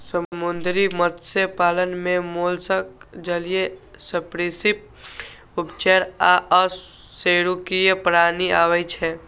समुद्री मत्स्य पालन मे मोलस्क, जलीय सरिसृप, उभयचर आ अकशेरुकीय प्राणी आबै छै